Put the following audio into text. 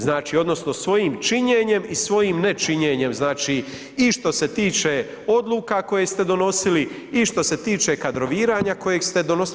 Znači odnosno svojim činjenjem i svojim nečinjenjem znači i što se tiče odluka koje ste donosili i što se tiče kadroviranja koje ste donosili.